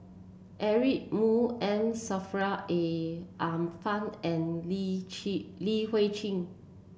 Eric Moo M Saffri A A Manaf and Li Chi Li Hui Cheng